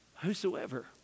whosoever